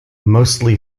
mostly